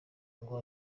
ngo